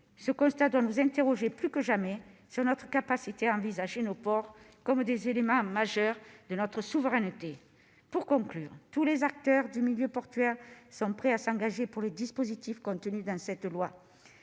Ce constat doit nous interroger plus que jamais sur notre capacité à envisager nos ports comme des éléments majeurs de notre souveraineté. Pour conclure, je dirai que tous les acteurs du milieu portuaire sont prêts à s'engager pour mettre en oeuvre les dispositifs contenus dans cette